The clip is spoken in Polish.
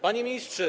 Panie Ministrze!